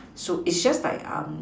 so it's just like um